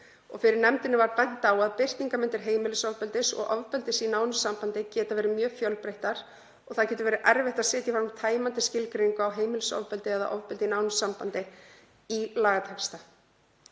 Fyrir nefndinni var bent á að birtingarmyndir heimilisofbeldis og ofbeldis í nánu sambandi geta verið mjög fjölbreyttar og það getur verið erfitt að setja fram tæmandi skilgreiningu á heimilisofbeldi eða ofbeldi í nánu sambandi í lagatexta.